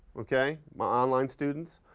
okay? my online students.